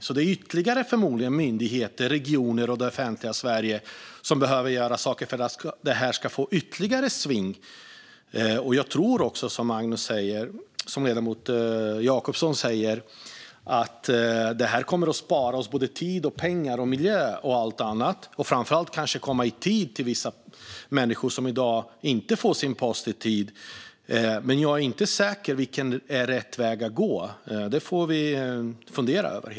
Så kanske behöver myndigheter, regioner och det offentliga Sverige göra mer för att det ska bli ytterligare uppsving. Liksom ledamoten Jacobsson tror jag att detta kommer att spara oss tid, pengar, miljö med mera. Framför allt kommer posten att komma i tid till människor som i dag inte får sin post i tid. Jag är dock inte säker på vad som är rätt väg att gå. Det får vi fundera på.